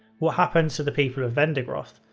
what happened to the people of vendigroth?